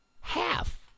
half